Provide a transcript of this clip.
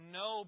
no